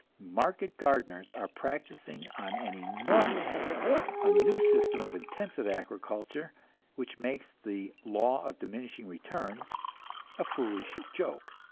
market gardeners are practicing on an enormous scale a new system of intensive agriculture which makes the law of diminishing returns a foolish joke.